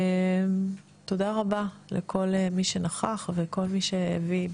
תודה רבה לכל מי שנכח וכל מי שהביא.